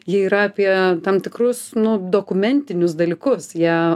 jie yra apie tam tikrus nu dokumentinius dalykus jie